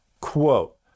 Quote